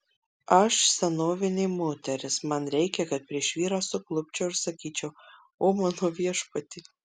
aš senovinė moteris man reikia kad prieš vyrą suklupčiau ir sakyčiau o mano viešpatie